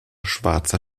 schwarzer